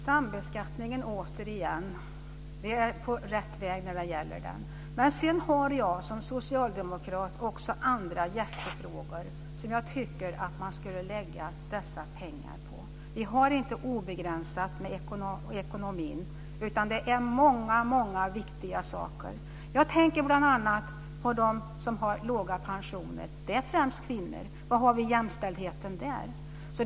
Herr talman! Återigen tas sambeskattningen upp. Vi är på rätt väg när det gäller den. Men sedan har jag som socialdemokrat också andra hjärtefrågor som jag tycker att man skulle lägga pengar på. Vi har inte obegränsat med tillgångar i ekonomin. Det finns många viktiga saker. Jag tänker bl.a. på dem som har låga pensioner. Det är främst kvinnor. Var har vi jämställdheten där?